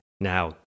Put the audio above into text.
Now